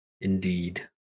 Indeed